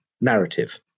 narrative